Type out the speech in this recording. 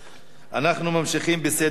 אנחנו ממשיכים בסדר-היום: